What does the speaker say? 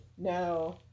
No